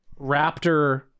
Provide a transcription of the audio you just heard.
Raptor